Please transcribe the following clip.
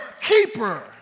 keeper